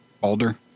Alder